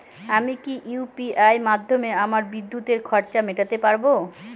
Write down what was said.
আমি কি ইউ.পি.আই মাধ্যমে আমার বিদ্যুতের খরচা মেটাতে পারব?